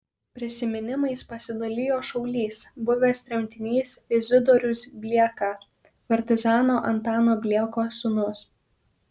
prisiminimais pasidalijo šaulys buvęs tremtinys izidorius blieka partizano antano bliekos sūnus